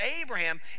Abraham